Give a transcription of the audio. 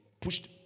pushed